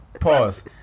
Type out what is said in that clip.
Pause